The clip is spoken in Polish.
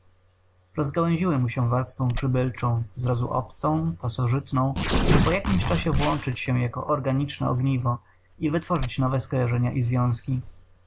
mu się warstwą przybylczą zrazu obcą pasożytną by po jakimś czasie włączyć się jako organiczne ogniwo i wytworzyć nowe skojarzenia i związki